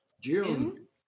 June